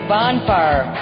Bonfire